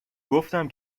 گفتم